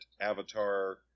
Avatar